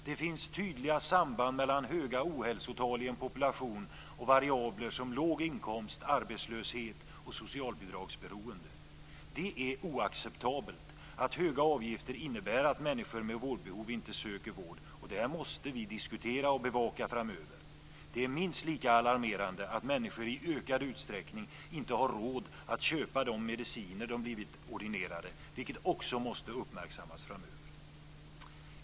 Det finns tydliga samband mellan höga ohälsotal i en population och variabler som låg inkomst, arbetslöshet och socialbidragsberoende. Det är oacceptabelt att höga avgifter innebär att människor med vårdbehov inte söker vård. Detta måste vi diskutera och bevaka framöver. Minst lika alarmerande är att människor i ökad utsträckning inte har råd att köpa de mediciner de blivit ordinerade, vilket också måste uppmärksammas framöver.